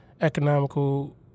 economical